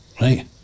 right